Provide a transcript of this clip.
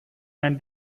and